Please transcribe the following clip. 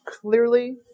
clearly